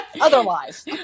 Otherwise